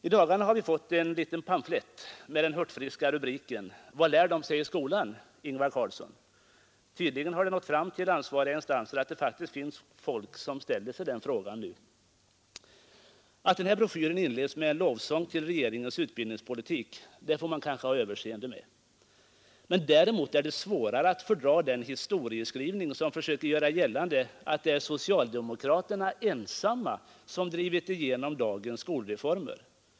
I dagarna har vi fått en liten pamflett med den hurtfriska rubriken: Vad lär de sig i skolan, Ingvar Carlsson? Tydligen har det nått fram till ansvariga instanser att det faktiskt finns folk som ställer sig den frågan nu. Att den här broschyren inleds med en lovsång till regeringens utbildningspolitik får man kanske ha överseende med. Däremot är det svårare att fördra den historieskrivning som försöker göra gällande att det är socialdemokraterna ensamma som drivit igenom dagens skolreformer.